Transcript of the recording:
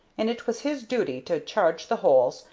and it was his duty to charge the holes,